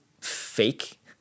fake